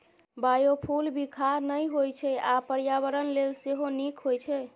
biofuel बिखाह नहि होइ छै आ पर्यावरण लेल सेहो नीक होइ छै